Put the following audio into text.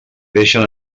deixen